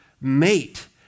mate